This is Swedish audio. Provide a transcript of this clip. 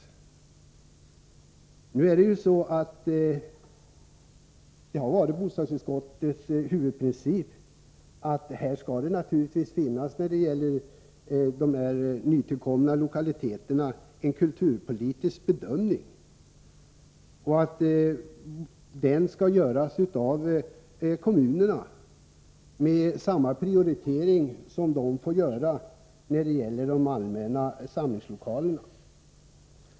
Den princip som gällt för bostadsutskottet är att en kulturpolitisk bedömning skall göras när det gäller de nytillkomna lokaliteterna. Den bedömningen skall kommunerna göra. Prioriteringen skall vara densamma som i fråga om de allmänna samlingslokalerna.